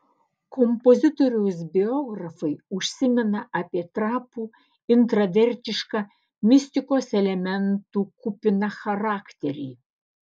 kompozitoriaus biografai užsimena apie trapų intravertišką mistikos elementų kupiną charakterį